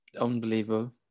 unbelievable